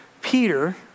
Peter